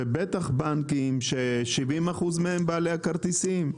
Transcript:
ובטח בנקים ש-70% מהם הם בעלי הכרטיסים.